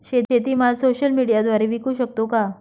शेतीमाल सोशल मीडियाद्वारे विकू शकतो का?